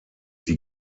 die